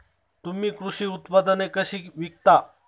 तुम्ही कृषी उत्पादने कशी विकता?